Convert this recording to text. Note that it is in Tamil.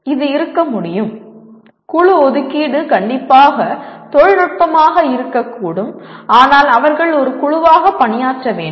இது இருக்க முடியும் குழு ஒதுக்கீடு கண்டிப்பாக தொழில்நுட்பமாக இருக்கக்கூடும் ஆனால் அவர்கள் ஒரு குழுவாக பணியாற்ற வேண்டும்